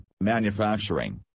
manufacturing